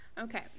Okay